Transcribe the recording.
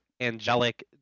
angelic